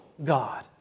God